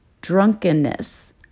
drunkenness